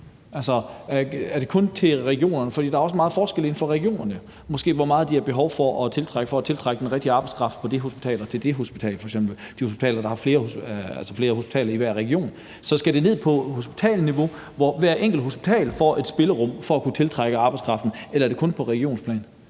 der er også meget forskel inden for regionerne, måske i forhold til hvor meget de har behov for for at tiltrække den rigtige arbejdskraft på det hospital og til det hospital, altså der, hvor der er flere hospitaler i hver region. Så skal det ned på hospitalsniveau, hvor hvert enkelt hospital får et spillerum for at kunne tiltrække arbejdskraften, eller er det kun på regionsplan?